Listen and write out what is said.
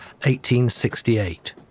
1868